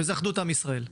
וזה אחדות עם ישראל.